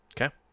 Okay